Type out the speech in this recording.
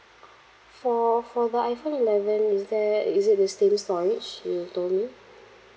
for for the iphone eleven is there is it the same storage you told me